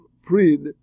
freed